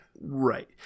Right